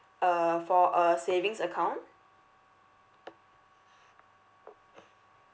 uh for a savings account